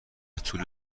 طول